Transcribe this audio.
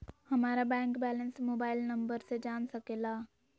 हमारा bank balance mobile number से जान सके ला?